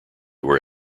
were